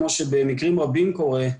כמו שבמקרים רבים קורה,